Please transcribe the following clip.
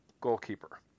goalkeeper